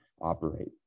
operate